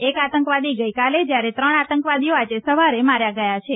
એક આતંકવાદી ગઇકાલે જ્યારે ત્રણ આતંકવાદીઓ આજે સવારે માર્યા ગયા છે